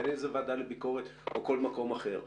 בין אם זה ועדה לביקורת או כל מקום אחר,